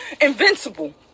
invincible